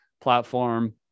platform